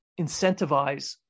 incentivize